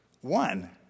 one